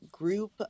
group